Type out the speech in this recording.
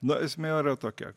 na esmė yra tokia